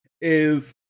is-